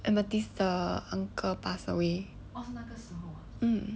amethyst 的 uncle pass away